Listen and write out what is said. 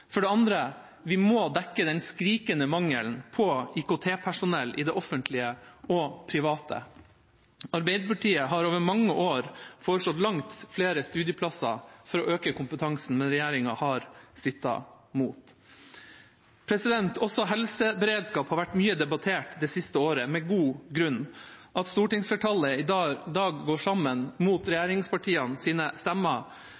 For det andre: Vi må dekke den skrikende mangelen på IKT-personell i det offentlige og det private. Arbeiderpartiet har over mange år foreslått langt flere studieplasser for å øke kompetansen, men regjeringa har strittet imot. Også helseberedskap har vært mye debattert det siste året, og med god grunn. At stortingsflertallet i dag går sammen, mot